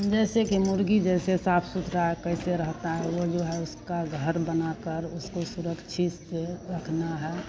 जैसे कि मुर्गी जैसे साफ सुथरा कैसे रहता है वह जो है उसका घर बनाकर उसको सुरक्षित से रखना है